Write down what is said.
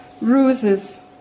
ruses